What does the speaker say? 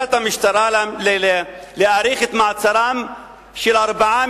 בבקשת המשטרה להאריך את מעצרם של ארבעה